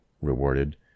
rewarded